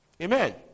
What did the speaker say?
Amen